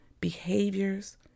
behaviors